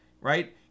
right